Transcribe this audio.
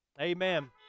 Amen